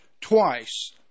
twice